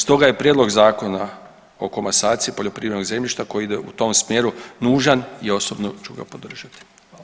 Stoga je prijedlog Zakona o komasaciji poljoprivrednog zemljišta koji ide u tom smjeru nužan i osobno ću ga podržati.